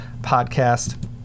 podcast